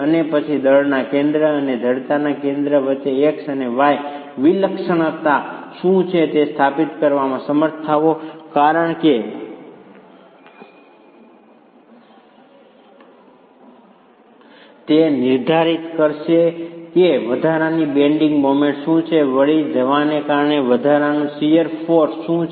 અને પછી દળના કેન્દ્ર અને જડતાના કેન્દ્ર વચ્ચે x અને y માં વિલક્ષણતા શું છે તે સ્થાપિત કરવામાં સમર્થ થાઓ કારણ કે તે નિર્ધારિત કરશે કે વધારાની બેન્ડિંગ મોમેન્ટ શું છે વળી જવાને કારણે વધારાનું શીયર ફોર્સ શું છે